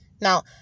now